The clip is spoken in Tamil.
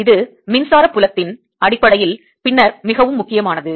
இது மின்சார புலத்தின் அடிப்படையில் பின்னர் மிகவும் முக்கியமானது